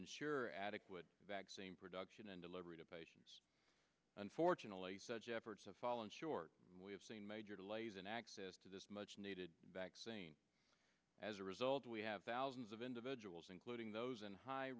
ensure adequate vaccine production and delivery to unfortunately such efforts have fallen short we have seen major delays in access to this much needed vaccine as a result we have thousands of individuals including those in high